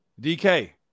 DK